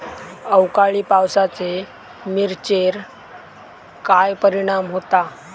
अवकाळी पावसाचे मिरचेर काय परिणाम होता?